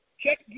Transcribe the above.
Check